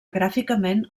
gràficament